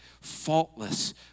faultless